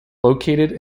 located